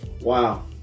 Wow